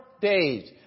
days